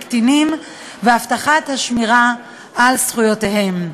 קטינים והבטחת השמירה על זכויותיהם.